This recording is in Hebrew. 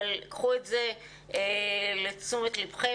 אבל קחו את זה לתשומת ליבכם.